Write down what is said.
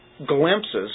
glimpses